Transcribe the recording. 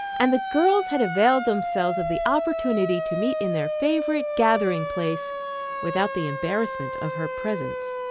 and the girls had availed themselves of the opportunity to meet in their favorite gathering place without the embarrassment of her presence.